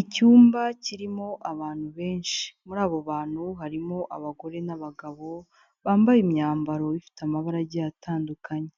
Icyumba kirimo abantu benshi, muri abo bantu harimo abagore n'abagabo bambaye imyambaro ifite amabarage atandukanye.